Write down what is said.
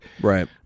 Right